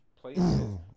places